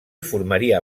formaria